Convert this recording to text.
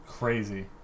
Crazy